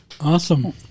Awesome